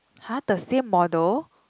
!huh! the same model